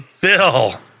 Bill